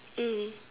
mm